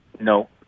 no